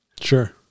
Sure